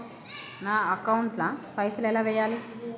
నా అకౌంట్ ల పైసల్ ఎలా వేయాలి?